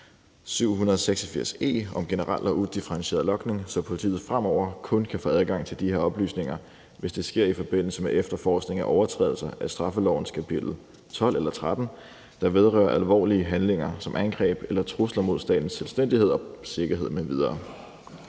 786 e om generel og udifferentierede logning, så politiet fremover kun kan få adgang til de her oplysninger, hvis det sker i forbindelse med efterforskning af overtrædelser af straffelovens kapitel 12 eller 13, der vedrører alvorlige handlinger, som angreb eller trusler mod statens selvstændighed og sikkerhed m.v.